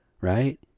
Right